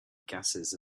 gases